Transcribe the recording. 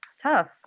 tough